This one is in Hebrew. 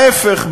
ההפך,